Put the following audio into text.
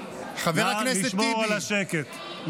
נא לשמור על השקט.